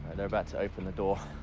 and they're about to open the door.